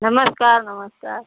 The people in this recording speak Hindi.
नमस्कार नमस्कार